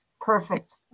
perfect